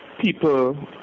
people